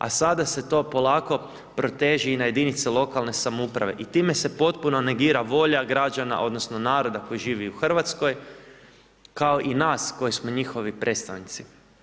A sada se to polako proteže i na jedinice lokalne samouprave i time se potpuno negira volja građana odnosno naroda koji živi u Hrvatskoj, kao i nas koji smo njihovi predstavnici.